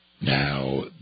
Now